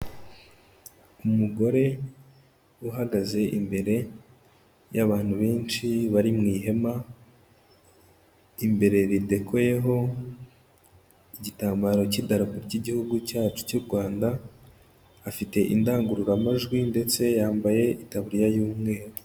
Umugore uhagaze imbere y'abantu benshi bari mu ihema, imbere ridekoyeho igitambaro cy'Idarapo ry'Igihugu cyacu cy'u Rwanda, afite indangururamajwi ndetse yambaye itaburiya y'umweru.